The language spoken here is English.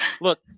Look